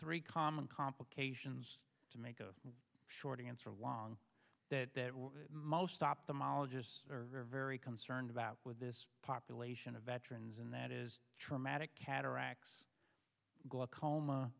three common complications to make a short answer long that most ophthalmologist are very concerned about with this population of veterans and that is traumatic cataracts glaucoma